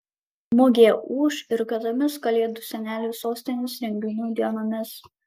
mugė ūš ir kitomis kalėdų senelių sostinės renginių dienomis